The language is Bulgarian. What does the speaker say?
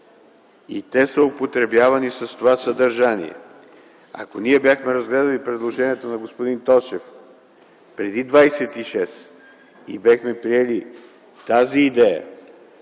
и те са употребявани с това съдържание. Ако ние бяхме разгледали предложението на господин Тошев преди т. 26 и бяхме приели тази идея